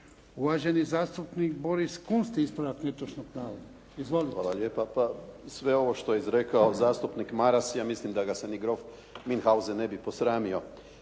Uvaženi zastupnik Boris Kunst ispravak netočnog navoda. Izvolite. **Kunst, Boris (HDZ)** Hvala lijepa. Pa sve ovo što je izrekao zastupnik Maras ja mislim da ga se ni grof Munchausen ne bi posramio.